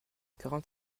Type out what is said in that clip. quarante